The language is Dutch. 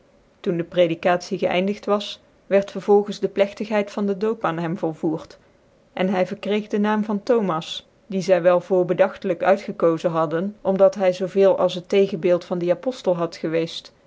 toen de predicatie gecindigt was wierd vervolgens de plechtigheid van den doop aan hem volvoert en hy verkreeg dc naam van thomas die zy wel voorbcdagtclijk uitgekozen hadden om dat hy zoo veel als het tegenbeeld van dien apoftcl had geweeft